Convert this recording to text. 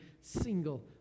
single